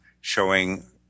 showing